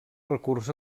recurs